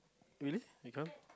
really you can't